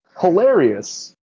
hilarious